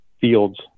fields